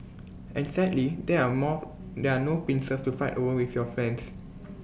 and sadly there are more there are no pincers to fight over with your friends